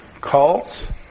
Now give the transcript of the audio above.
cults